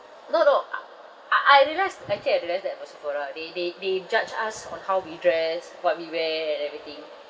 no no uh I I realised actually I realised that about Sephora they they they judge us on how we dress what we wear and everything